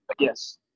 Yes